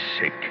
sick